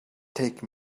take